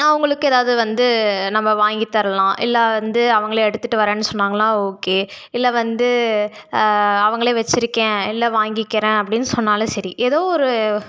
அவர்களுக்கு ஏதாவது வந்து நம்ப வாங்கித்தரலாம் இல்லை வந்து அவர்களே எடுத்துகிட்டு வரேன்னு சொன்னாங்களா ஓகே இல்லை வந்து அவர்களே வச்சுருக்கேன் இல்லை வாங்கிக்கிறேன் அப்பிடின்னு சொன்னாலும் சரி ஏதோ ஒரு